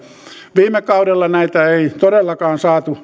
viime kaudella näitä ei todellakaan saatu